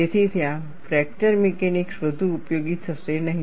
તેથી ત્યાં fracture mechanics વધુ ઉપયોગી થશે નહીં